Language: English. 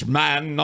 man